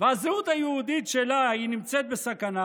והזהות היהודית שלה נמצאים בסכנה,